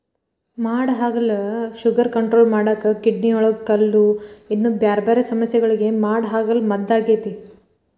ಮಾಡಹಾಗಲ sugar control ಮಾಡಾಕ, ಕಿಡ್ನಿಯೊಳಗ ಕಲ್ಲು, ಇನ್ನೂ ಬ್ಯಾರ್ಬ್ಯಾರೇ ಸಮಸ್ಯಗಳಿಗೆ ಮಾಡಹಾಗಲ ಮದ್ದಾಗೇತಿ